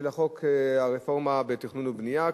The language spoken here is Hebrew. בחוק לרפורמה בתכנון ובנייה,